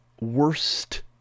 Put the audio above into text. worst